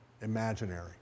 imaginary